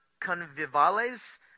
convivales